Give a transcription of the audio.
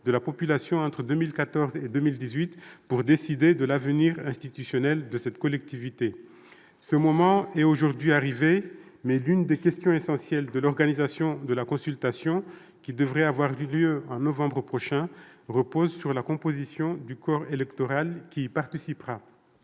de la population entre 2014 et 2018 pour décider de l'avenir institutionnel de cette collectivité. Ce moment est aujourd'hui arrivé, mais l'une des questions essentielles de l'organisation de la consultation, qui devrait avoir lieu en novembre prochain, repose sur la composition du corps électoral qui y participera.